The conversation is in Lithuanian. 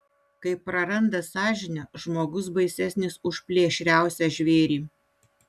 kai praranda sąžinę žmogus baisesnis už plėšriausią žvėrį